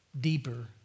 deeper